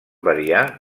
variar